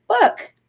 book